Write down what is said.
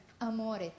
Amore